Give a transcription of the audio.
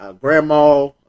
grandma